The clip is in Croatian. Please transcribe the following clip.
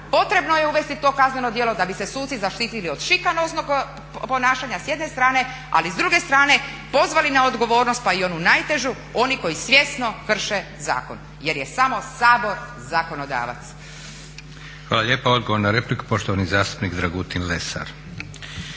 potrebno je uvesti to kazneno djelo da bi se suci zaštitili od šikanoznog ponašanja s jedne strane, ali s druge pozvali na odgovornost pa i onu najtežu, oni koji svjesno krše zakon jer je samo Sabor zakonodavac. **Leko, Josip (SDP)** Hvala lijepa. Odgovor na repliku, poštovani zastupnik Dragutin Lesar.